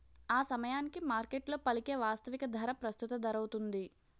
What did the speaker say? ఆసమయానికి మార్కెట్లో పలికే వాస్తవిక ధర ప్రస్తుత ధరౌతుంది